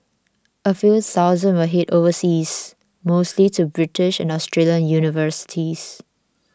a few thousand will head overseas mostly to British and Australian universities